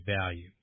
value